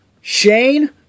Shane